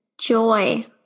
joy